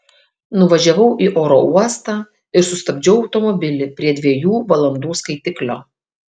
nuvažiavau į oro uostą ir sustabdžiau automobilį prie dviejų valandų skaitiklio